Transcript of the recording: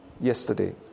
yesterday